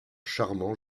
charmant